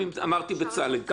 די.